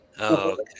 okay